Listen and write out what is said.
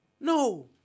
No